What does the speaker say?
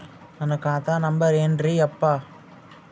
ನನ್ನ ಖಾತಾ ನಂಬರ್ ಏನ್ರೀ ಯಪ್ಪಾ?